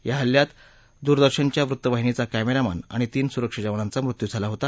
या हल्ल्यात दूरदर्शनच्या वृत्तवाहिनीचा कॅमेरामन आणि तीन सुरक्षा जवानांचा मृत्यू झाला होता